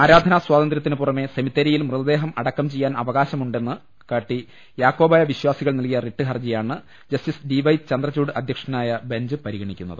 ആരാധനാ സ്വാതന്ത്രൃത്തിന് പുറമെ സെമിത്തേരിയിൽ മൃതദേഹം അടക്കം ചെയ്യാൻ അവകാശമുണ്ടെന്ന് കാട്ടി യാക്കോബായ വിശ്വാസികൾ നൽകിയ റിട്ട് ഹർജിയാണ് ജസ്റ്റിസ് ഡി വൈ ചന്ദ്രചൂഢ് അധ്യക്ഷനായ ബെഞ്ച് പരിഗണിക്കുന്നത്